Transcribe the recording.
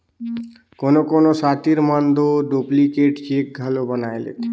कोनो कोनो सातिर मन दो डुप्लीकेट चेक घलो बनाए लेथें